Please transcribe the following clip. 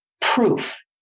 Proof